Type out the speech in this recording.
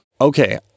Okay